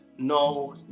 no